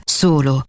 solo